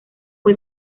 fue